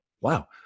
Wow